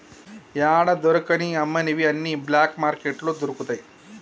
యాడా దొరకని అమ్మనివి అన్ని బ్లాక్ మార్కెట్లో దొరుకుతయి